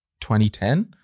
2010